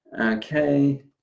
Okay